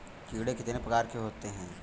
कीड़े कितने प्रकार के होते हैं?